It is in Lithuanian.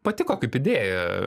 patiko kaip idėja